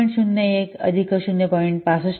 01 अधिक 0